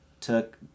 took